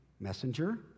Messenger